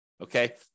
okay